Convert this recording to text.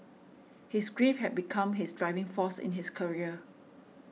his grief had become his driving force in his career